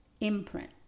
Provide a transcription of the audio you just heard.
imprint